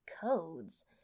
codes